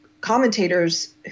commentators